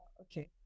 okay